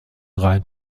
rein